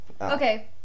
Okay